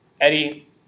Eddie